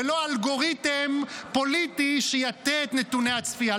ולא אלגוריתם פוליטי שיטה את נתוני הצפייה.